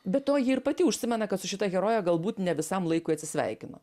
be to ji ir pati užsimena kad su šita heroje galbūt ne visam laikui atsisveikino